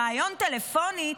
בריאיון טלפוני,